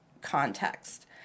context